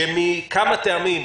שמכמה טעמים,